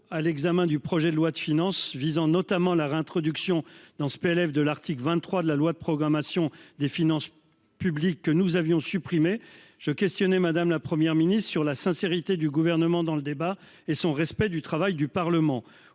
à l'examen du projet de loi de finances, visant notamment la réintroduction dans ce PLF de l'article 23 de la loi de programmation des finances publiques que nous avions supprimé je questionner madame, la Première ministre sur la sincérité du gouvernement dans le débat et son respect du travail du Parlement